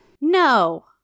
No